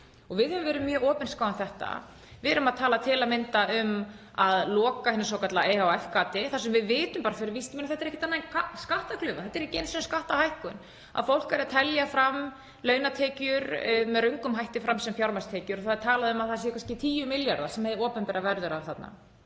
og við höfum verið mjög opinská um þetta. Við erum að tala til að mynda um að loka hinu svokallaða ehf.-gati þar sem við vitum fyrir víst að þetta er ekkert annað en skattaglufa, þetta er ekki einu sinni skattahækkun; fólk er að telja launatekjur með röngum hætti fram sem fjármagnstekjur og það er talað um að það séu kannski 10 milljarðar sem hið opinbera verður af þarna.